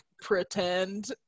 pretend